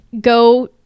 go